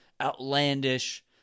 outlandish